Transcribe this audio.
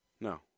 No